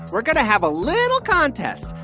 we're going to have a little contest,